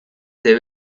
they